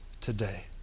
today